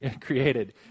created